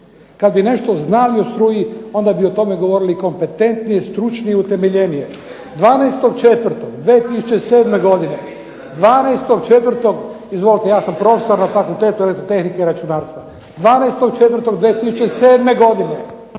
Kad bi nešto znali o struji onda bi o tome govorili i kompetentnije, stručnije i utemeljenije. 12. 4. 2007, 12. 4., izvolite ja sam profesor na Fakultetu elektrotehnike i računarstva, 12. 4. 2007. godine,